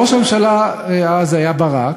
ראש הממשלה אז היה ברק.